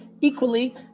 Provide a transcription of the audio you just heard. equally